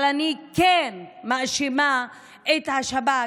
אבל אני כן מאשימה את השב"כ,